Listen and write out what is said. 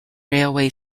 railway